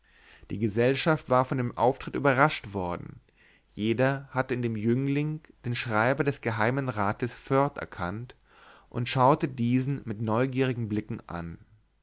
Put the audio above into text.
die gesellschaft war von dem auftritt überrascht worden jeder hatte in dem jüngling den schreiber des geheimen rates foerd erkannt und schaute diesen mit neugierigen blicken an